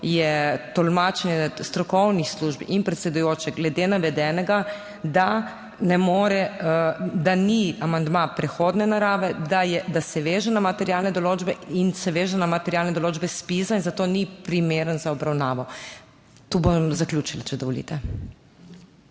je tolmačenje strokovnih služb in predsedujoče glede navedenega, da ne more, da ni amandma prehodne narave, da je, da se veže na materialne določbe in se veže na materialne določbe ZPIZ in zato ni primeren za obravnavo. Tu bom zaključila, če dovolite.